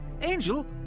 Angel